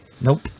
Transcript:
Nope